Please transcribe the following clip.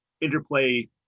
interplay